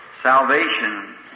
salvation